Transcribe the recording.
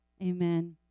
Amen